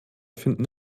finden